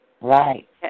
Right